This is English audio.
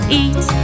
eat